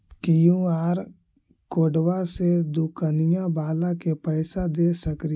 QR कोडबा से दुकनिया बाला के पैसा दे सक्रिय?